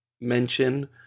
mention